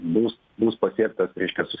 bus bus pasiektas reiškia